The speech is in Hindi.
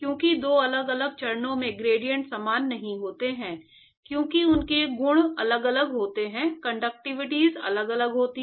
इसलिए दो अलग अलग चरणों में ग्रेडिएंट समान नहीं होते हैं क्योंकि उनके गुण अलग अलग होते हैं कंडक्टिविटीज़ अलग अलग होती है